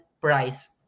price